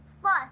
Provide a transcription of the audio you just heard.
plus